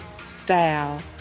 style